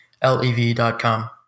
Lev.com